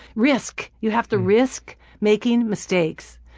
risk. you have to risk making mistakes.